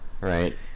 Right